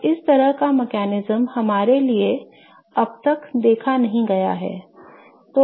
अब इस तरह का तंत्र हमारे लिए अब तक देखा नहीं गया है